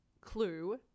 clue